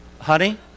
Honey